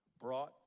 brought